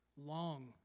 long